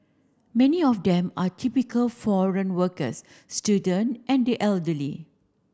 many of them are typical foreign workers student and the elderly